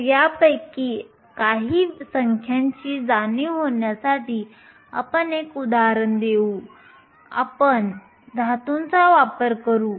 तर यापैकी काही संख्यांची जाणीव होण्यासाठी आपण एक उदाहरण देऊ आणि आपण धातूचा वापर करू